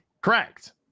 Correct